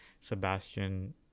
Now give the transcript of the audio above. Sebastian